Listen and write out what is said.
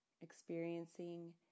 Experiencing